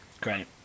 Great